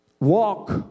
walk